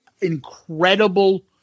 Incredible